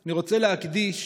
אני רוצה להקדיש